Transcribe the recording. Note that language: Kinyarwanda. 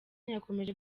yakomeje